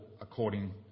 according